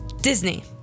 Disney